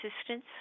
assistance